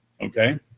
okay